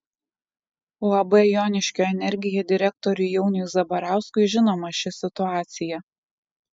uab joniškio energija direktoriui jauniui zabarauskui žinoma ši situacija